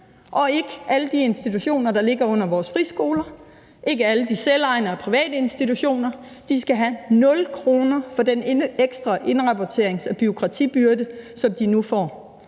og ikke alle de institutioner, der ligger under vores friskoler, og ikke alle de selvejende og private institutioner. De skal have nul kroner for den ekstra indrapporterings- og bureaukratibyrde, som de nu får.